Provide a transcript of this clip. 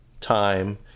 time